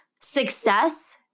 success